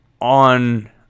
on